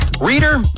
Reader